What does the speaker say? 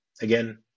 Again